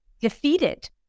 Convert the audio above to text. defeated